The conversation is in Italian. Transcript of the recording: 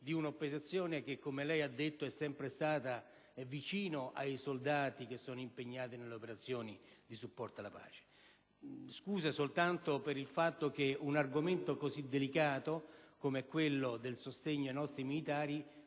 di un'opposizione che - come lei ha detto - è sempre stata vicino ai soldati che sono impegnati nelle operazioni di supporto alla pace; scuse, soltanto per il fatto che un argomento così delicato, come quello del sostegno ai nostri militari,